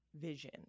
vision